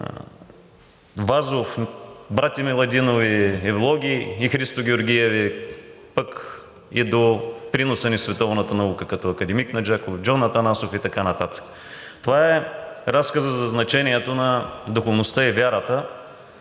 Вазов; братя Миладинови; Евлоги и Христо Георгиеви, пък и до приноса ни в световната наука като академик Наджаков, Джон Атанасов и така нататък. Това е разказът за значението на духовността и вярата,